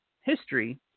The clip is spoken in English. history